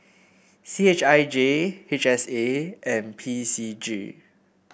C H I J H S A and P C G